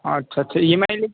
अच्छा अच्छा E M आई